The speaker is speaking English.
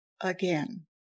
again